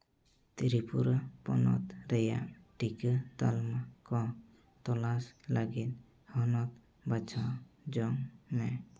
ᱛᱨᱤᱯᱩᱨᱟ ᱦᱚᱱᱚᱛ ᱨᱮᱭᱟᱜ ᱴᱤᱠᱟᱹ ᱛᱟᱞᱢᱟ ᱠᱚ ᱛᱚᱞᱟᱥ ᱞᱟᱹᱜᱤᱫ ᱦᱚᱱᱚᱛ ᱵᱟᱪᱷᱟᱣ ᱡᱚᱝ ᱢᱮ